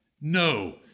No